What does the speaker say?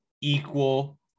equal